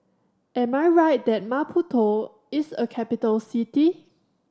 am I right that Maputo is a capital city